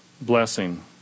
blessing